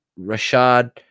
Rashad